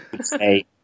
Say